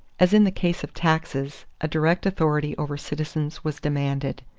as in the case of taxes a direct authority over citizens was demanded.